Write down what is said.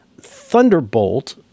thunderbolt